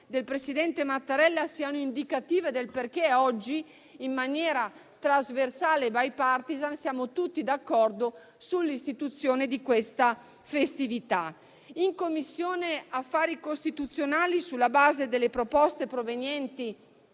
del presidente Mattarella siano indicative del perché oggi, in maniera trasversale e *bipartisan*, siamo tutti d'accordo sull'istituzione di questa festività. In Commissione affari costituzionali, sulla base delle proposte provenienti